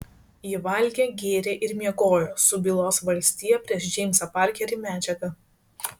ji valgė gėrė ir miegojo su bylos valstija prieš džeimsą parkerį medžiaga